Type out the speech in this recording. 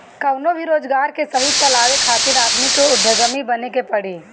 कवनो भी रोजगार के सही चलावे खातिर आदमी के उद्यमी बने के पड़ी